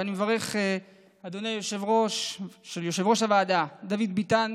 ואני מברך את אדוני יושב-ראש הוועדה דוד ביטן,